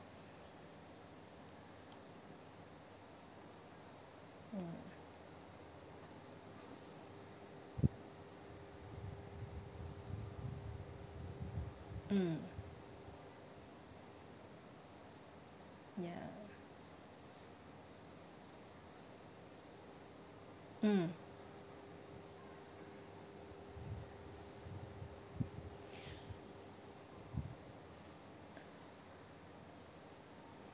mm ya mm